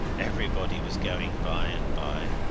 everybody was going by-and-by.